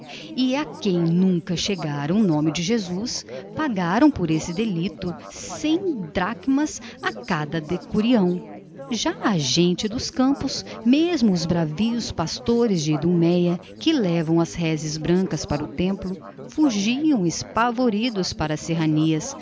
e a quem nunca chegara o nome de jesus pagaram por esse delito cem dracmas a cada decurião já a gente dos campos mesmos os bravios pastores de idumeia que levam as reses brancas para o templo fugiam espavoridos para as serranias